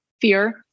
fear